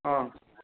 অঁ